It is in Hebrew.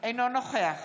אינו נוכח